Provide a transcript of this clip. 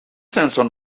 sensor